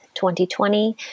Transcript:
2020